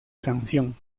sanción